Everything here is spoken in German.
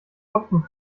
hopfen